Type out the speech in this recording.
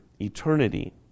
eternity